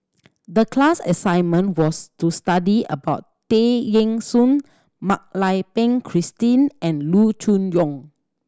the class assignment was to study about Tay Eng Soon Mak Lai Peng Christine and Loo Choon Yong